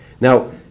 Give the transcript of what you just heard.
Now